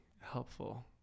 helpful